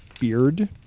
beard